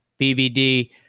BBD